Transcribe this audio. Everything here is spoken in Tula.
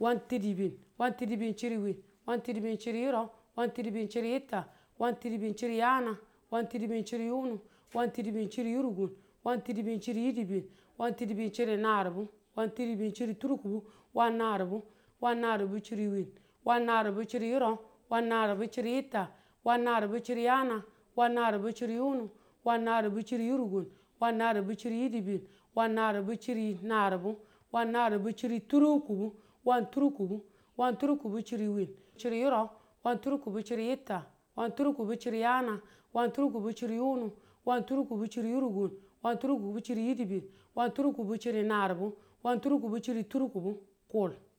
wantidibin. wantidibin chiri wiin. wantidibin chiri yurau. wantidibin chiri yitta. wantidibin chiri yaana. wantidibin chiri yunu. wantidibin chiri yurikuun. wantidibin chiri yidibin. wantidibin chiri naribu. wantidibin chiri turkibu. wannaribu. wannaribu chiri wiin. wannaribu chiri yurau. wannaribu chiri yitta. wannaribu chiri yaana. wannaribu chiri yunu. wannaribu chiri yurukuun. wannaribu chiri yidibin. wannaribu chiri naribu. wannaribu chiri turkubu. wanturkubu. wanturkubu chiri wiin. chiri yirau. wanturkubu chiri yitta. wanturkubu chiri yaana. wanturkubu chiri yuunu. wanturkubu chiri yirukuun. wanturkubu chiri yidibin. wanturkubu chiri naribu. wanturkubu chiri turkubu. kuul.